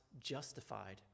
justified